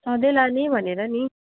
सधैँ लाने भनेर नि